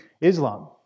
Islam